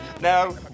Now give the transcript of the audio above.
Now